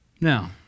Now